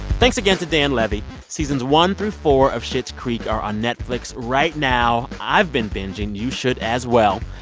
thanks again to dan levy. seasons one through four of schitt's creek are on netflix right now. i've been bingeing. you should as well.